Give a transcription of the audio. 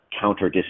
counter